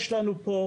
יש לנו פה,